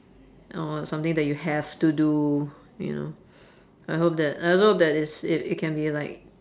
or something that you have to do you know I hope that I also hope that it's i~ it can be like